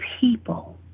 people